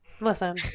Listen